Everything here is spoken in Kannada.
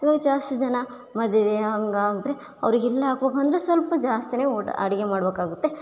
ಇವಾಗ ಜಾಸ್ತಿ ಜನ ಮದುವೆ ಹಂಗಾದರೆ ಅವರಿಗೆಲ್ಲ ಹಾಕಬೇಕೆಂದ್ರೆ ಸ್ವಲ್ಪ ಜಾಸ್ತಿಯೇ ಊಟ ಅಡುಗೆ ಮಾಡ್ಬೇಕಾಗುತ್ತೆ